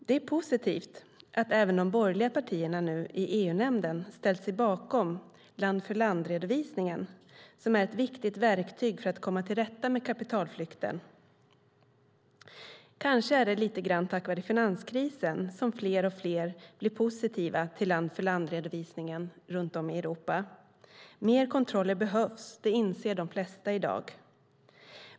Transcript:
Det är positivt att även de borgerliga partierna nu i EU-nämnden ställt sig bakom land-för-land-redovisningen som är ett viktigt verktyg för att komma till rätta med kapitalflykten. Det är kanske lite grann tack vare finanskrisen som fler och fler blir positiva till land-för-land-redovisningen runt om i Europa. Mer kontroller behövs. Det inser de flesta i dag.